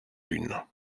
lune